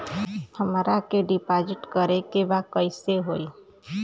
हमरा के डिपाजिट करे के बा कईसे होई?